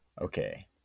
Okay